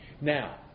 Now